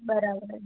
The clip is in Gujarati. બરાબર